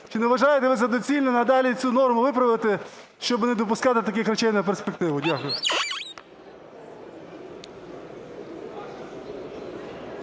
Чи не вважаєте ви за доцільне надалі цю норму виправити, щоб не допускати таких речей на перспективу? Дякую.